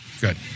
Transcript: Good